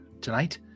tonight